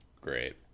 Great